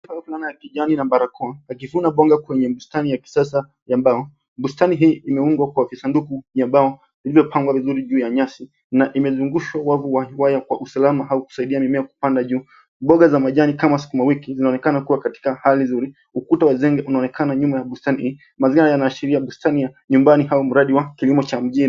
Tunaona kijana na barakoa, akivuna mboga kwenye bustani ya kisasa ya mbao. Bustani hii imeundwa kwa visanduku vya mbao vilivyopangwa vizuri juu ya nyasi na imezunguzwa wavu wa waya kwa usalama au kusaidia mimea kupanda juu. Mboga za majani kama sukuma wiki zinaonekana kuwa na hali nzuri. Ukuta wa zege unaonekana nyuma ya bustani. Mazao yanaashiria bustani nyumbani au mradi wa kilimo cha mjini.